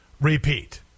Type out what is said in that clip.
repeat